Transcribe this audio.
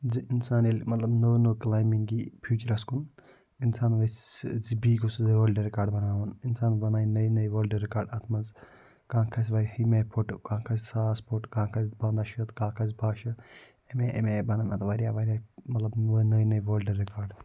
زِ اِنسان ییٚلہِ نٔو نٔو کلایِمبِنٛگ یی فیوچرَس کُن اِنسان ییٚژھِ بی گوٚژھُس وٲلڈٕ رِکارڈ بناوُن اِنسان بَنایہِ نۓ نۓ وٲلڈٕ رِکارڈ اتھ مَنٛزکانٛہہ کھَسہِ ونۍ ہیمہِ آیہِ پھُٹہٕ کانٛہہ کھَسہِ ساس پھُٹ کانٛہہ کھَسہ پَنٛدہ شتھ کانٛہہ کھَسہِ باہ شتھ امہ آیہ امہ آیہ بَنَن اتھ واریاہ مَطلَب نےٚ نےٚ وٲلڈ رِکارڈ